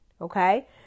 Okay